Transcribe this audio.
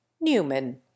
Newman